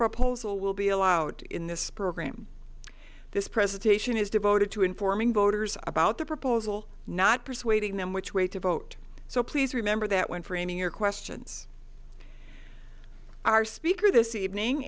proposal will be allowed in this program this presentation is devoted to informing voters about the proposal not persuading them which way to vote so please remember that when framing your questions our speaker this evening